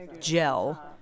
gel